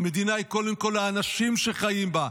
מדינה היא קודם כול האנשים שחיים בה,